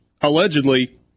allegedly